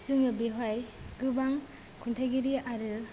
जोङो बेवहाय गोबां खनथाइगिरि आरो